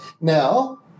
Now